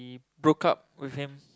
broke up with him